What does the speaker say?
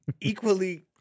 equally